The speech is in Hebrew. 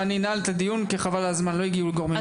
ואני אנעל את הדיון כי חבל על הזמן לא הגיעו הגורמים המקצועיים.